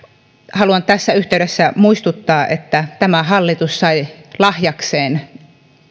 haluan tässä yhteydessä muistuttaa että tämä hallitus sai lahjakseen